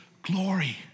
glory